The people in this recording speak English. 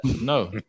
No